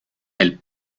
elle